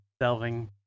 delving